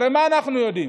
הרי מה אנחנו יודעים,